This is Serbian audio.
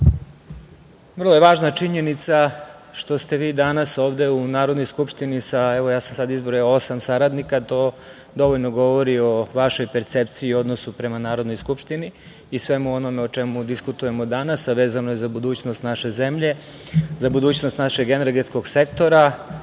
vrlo je važna činjenica što ste vi danas ovde u Narodnoj skupštini sa, evo, ja sam sad izbrojao, osam saradnika, to dovoljno govori o vašoj percepciji i odnosu prema Narodnoj skupštini i svemu onome o čemu diskutujemo danas, a vezano je za budućnost naše zemlje, za budućnost našeg energetskog sektora,